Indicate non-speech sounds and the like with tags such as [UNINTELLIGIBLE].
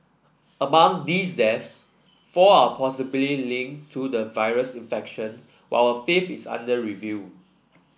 among these deaths four are [UNINTELLIGIBLE] linked to the virus infection while a fifth is under review